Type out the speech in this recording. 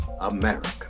America